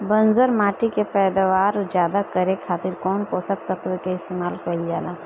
बंजर माटी के पैदावार ज्यादा करे खातिर कौन पोषक तत्व के इस्तेमाल कईल जाला?